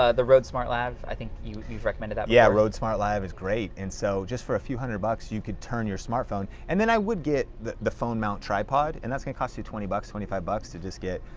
ah the rode smartlav, i think you've recommended that before. yeah, rode smartlav is great. and so just for a few hundred bucks, you could turn your smartphone, and then i would get the the phone mount tripod, and that's gonna cost you twenty bucks, twenty five bucks, to just get,